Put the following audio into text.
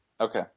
Okay